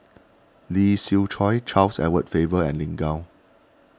Lee Siew Choh Charles Edward Faber and Lin Gao